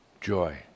joy